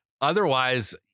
Otherwise